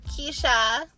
keisha